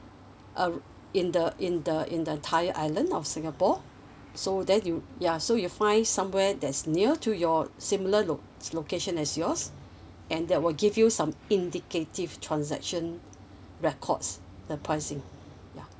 uh in the in the in entire island of singapore so that you ya so you find somewhere that's near to your similar lo~ location as yours and that will give you some indicative transaction records the pricing ya